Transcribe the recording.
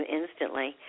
instantly